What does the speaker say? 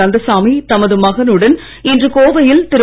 கந்தசாமி தமது மகனுடன் இன்று கோவையில் திரு